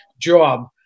job